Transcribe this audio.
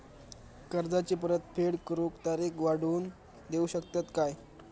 कर्जाची परत फेड करूक तारीख वाढवून देऊ शकतत काय?